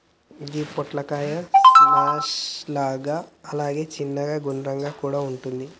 గి పొట్లకాయ స్క్వాష్ లాగా అలాగే చిన్నగ గుండ్రంగా కూడా వుంటది